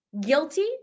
Guilty